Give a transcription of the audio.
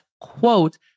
quote